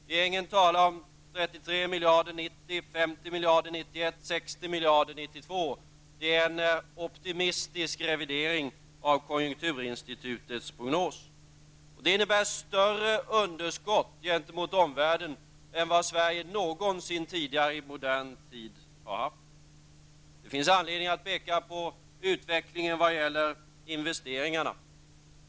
Regeringen talar om 33 miljarder år Det är en optimistisk revidering av konjunkturinstitutets prognoser. Det innebär större underskott gentemot omvärlden än vad Sverige någonsin tidigare har haft i modern tid. Det finns anledning att peka på utvecklingen i vad gäller investeringar.